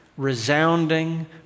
resounding